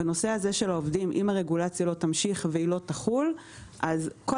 בנושא של העובדים אם הרגולציה לא תמשיך ולא תחול אז כל